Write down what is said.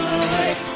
away